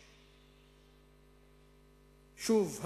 שוב,